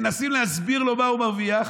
מנסים להסביר לו מה הוא מרוויח.